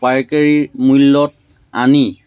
পাইকাৰী মূল্যত আনি